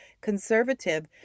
conservative